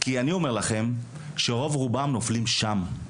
כי אני אומר לכם שרוב רובם נופלים שם,